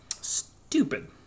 Stupid